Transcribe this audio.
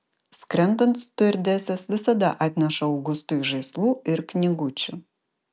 skrendant stiuardesės visada atneša augustui žaislų ir knygučių